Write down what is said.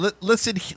Listen